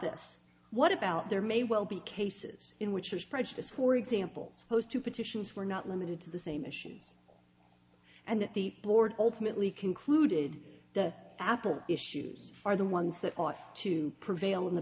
this what about there may well be cases in which there's prejudice for examples posed to petitions were not limited to the same issues and that the board ultimately concluded that apple issues are the ones that ought to prevail in the